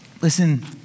Listen